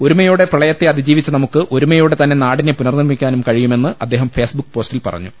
ഒരുമയോടെ പ്രളയത്തെ അതിജീവിച്ച നമുക്ക് ഒരുമയോടെ തന്നെ നാടിനെ പുനർനിർമിക്കാനും കഴിയുമെന്ന് അദ്ദേഹം ഫേസ്ബുക്ക് പോസ്റ്റിൽ പറഞ്ഞു